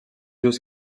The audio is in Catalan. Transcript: vius